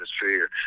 atmosphere